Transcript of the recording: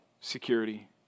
security